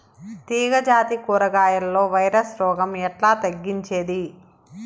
తీగ జాతి కూరగాయల్లో వైరస్ రోగం ఎట్లా తగ్గించేది?